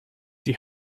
die